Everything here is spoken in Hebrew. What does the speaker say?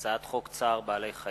הצעת חוק צער בעלי-חיים